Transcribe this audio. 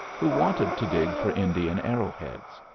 who wanted to dig for indian arrow-heads.